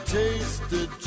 tasted